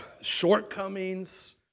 shortcomings